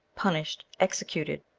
punished, executed,